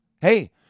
hey